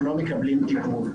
לא מקבלים טיפול.